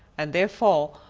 and therefore,